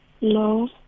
No